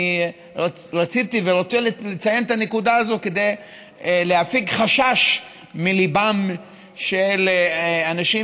רציתי ורוצה לציין את הנקודה הזאת כדי להפיג חשש מליבם של אנשים